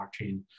blockchain